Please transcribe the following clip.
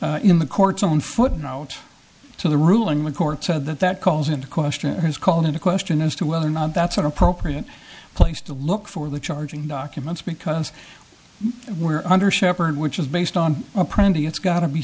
i in the courts on footnotes to the rule and one court said that that calls into question has called into question as to whether or not that's an appropriate place to look for the charging documents because we're under shepherd which is based on a pretty it's got to be